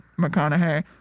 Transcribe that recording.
mcconaughey